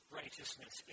righteousness